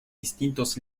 distintos